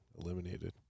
eliminated